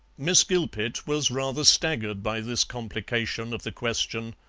miss gilpet was rather staggered by this complication of the question.